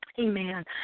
amen